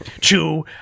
Chew